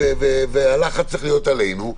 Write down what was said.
והלחץ צריך להיות עלינו.